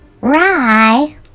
Rye